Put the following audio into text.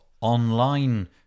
online